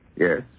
Yes